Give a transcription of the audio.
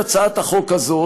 הצעת החוק הזאת,